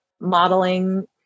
modeling